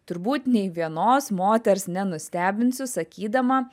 turbūt nei vienos moters nenustebinsiu sakydama